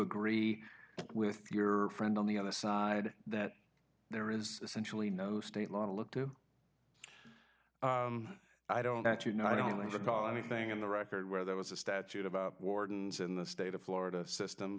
agree with your friend on the other side that there is essentially no state law to look to i don't actually no i don't recall anything in the record where there was a statute about wardens in the state of florida system